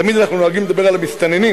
תמיד אנחנו נוהגים לדבר על המסתננים,